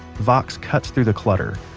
vox cuts through the clutter.